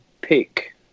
pick